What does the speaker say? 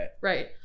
Right